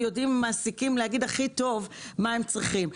יודעים המעסיקים להגיד הכי טוב מה הם צריכים.